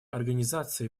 организации